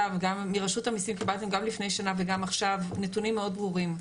מרשות המיסים קיבלתם גם לפני שנה וגם עכשיו נתונים מאוד ברורים.